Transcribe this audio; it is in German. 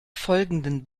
folgenden